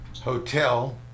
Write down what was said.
Hotel